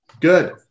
Good